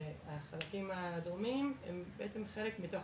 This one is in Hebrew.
והחלקים הדרומיים הם בעצם חלק מתוך